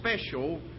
special